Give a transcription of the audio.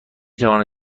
توانم